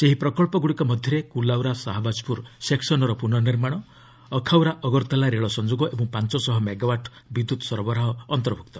ସେହି ପ୍ରକଳ୍ପଗୁଡ଼ିକ ମଧ୍ୟରେ କୁଲାଉରା ସାହାବାଜପୁର ସେକ୍ସନ୍ର ପୁନଃନିର୍ମାଣ ଅଖାଉରା ଅଗରତାଲା ରେଳ ସଂଯୋଗ ଓ ପାଞ୍ଚଶହ ମେଗାୱାଟ୍ ବିଦ୍ୟୁତ୍ ସରବରାହ ଅନ୍ତର୍ଭୁକ୍ତ